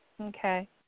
Okay